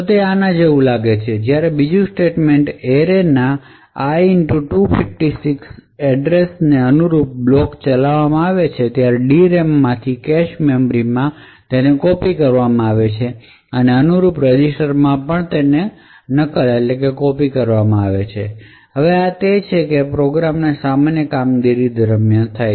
તે આના જેવું લાગે છે જ્યારે બીજું સ્ટેટમેંટ એરેના i 256ને અનુરૂપ બ્લોક ચલાવવામાં આવે છે DRAM માંથી કેશ મેમરી માં કોપિ કરવામાં આવશે અને અનુરૂપ રજિસ્ટર માં પણ નકલ કરવામાં આવશે હવે આ તે છે પ્રોગ્રામના સામાન્ય કામગીરી દરમિયાન થાય છે